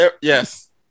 Yes